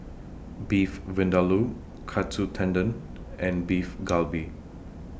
Beef Vindaloo Katsu Tendon and Beef Galbi